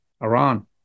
Iran